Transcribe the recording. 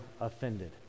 offended